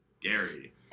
Gary